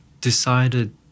decided